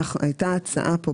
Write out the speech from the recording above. הייתה הצעה פה,